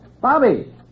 Bobby